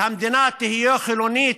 שהמדינה תהיה חילונית,